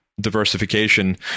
diversification